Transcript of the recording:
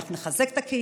אנחנו נחזק את הקהילה,